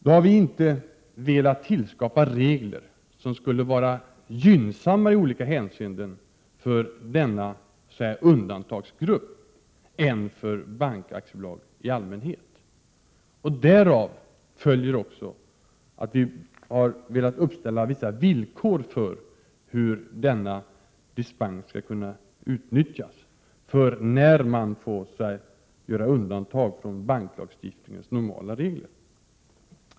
Vi har inte velat tillskapa regler som skulle vara gynnsammare i olika hänseenden för denna undantagsgrupp än för bankaktiebolag i allmänhet. Därav följer att vi har velat uppställa vissa villkor för hur dispensen skall kunna utnyttjas och när man skall få göra undantag från banklagstiftningens normala regler.